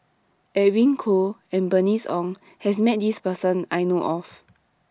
Edwin Koo and Bernice Ong has Met This Person I know of